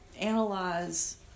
analyze